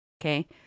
okay